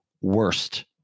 worst